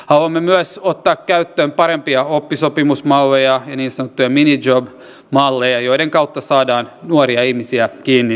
haluamme myös ottaa käyttöön parempia oppisopimusmalleja ja niin sanottuja minijob malleja joiden kautta saadaan nuoria ihmisiä kiinni työelämään